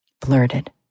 blurted